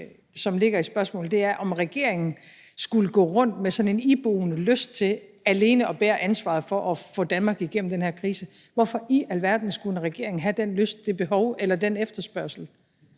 som ligger i spørgsmålet, er, om regeringen skulle gå rundt med sådan en iboende lyst til alene at bære ansvaret for at få Danmark igennem den her krise. Hvorfor i alverden skulle en regering have den lyst, det behov eller efterspørge